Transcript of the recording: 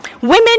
Women